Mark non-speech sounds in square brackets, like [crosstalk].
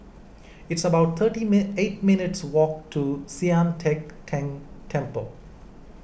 It's about thirty [unintelligible] eight minutes' walk to Sian Teck Tng Temple